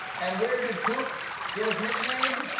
and where did poop get his nickname?